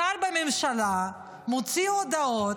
שר בממשלה מוציא הודעות,